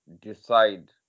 decide